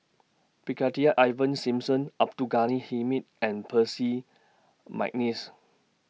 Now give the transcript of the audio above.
Brigadier Ivan Simson Abdul Ghani Hamid and Percy Mcneice